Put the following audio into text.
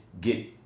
get